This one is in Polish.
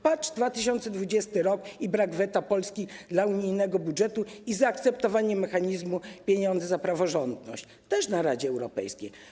Patrz 2020 r. i brak veta Polski dla unijnego budżetu i zaakceptowanie mechanizmu „pieniądze za praworządność” - też w Radzie Europejskiej.